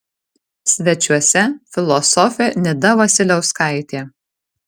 svečiuose filosofė nida vasiliauskaitė